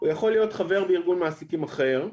הוא יכול להיות חבר בארגון מעסיקים אחר,